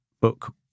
book